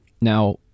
Now